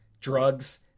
Drugs